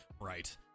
Right